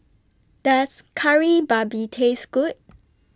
Does Kari Babi Taste Good